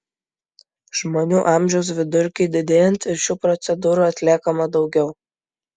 žmonių amžiaus vidurkiui didėjant ir šių procedūrų atliekama daugiau